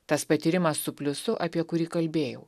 tas patyrimas su pliusu apie kurį kalbėjau